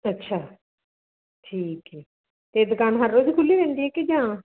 ਅੱਛਾ ਠੀਕ ਹੈ ਅਤੇ ਦੁਕਾਨ ਹਰ ਰੋਜ ਖੁੱਲ੍ਹੀ ਰਹਿੰਦੀ ਹੈ ਕਿ ਜਾਂ